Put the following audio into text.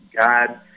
God